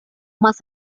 más